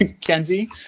kenzie